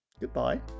goodbye